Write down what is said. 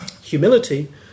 Humility